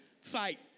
fight